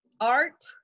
art